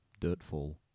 Dirtfall